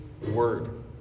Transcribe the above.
word